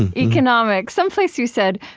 economics. someplace you said,